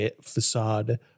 facade